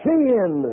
Sin